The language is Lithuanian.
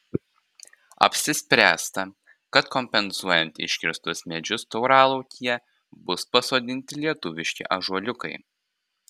apsispręsta kad kompensuojant iškirstus medžius tauralaukyje bus pasodinti lietuviški ąžuoliukai